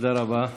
תודה רבה.